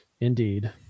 Indeed